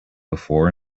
before